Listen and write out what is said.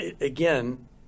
again